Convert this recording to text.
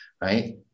Right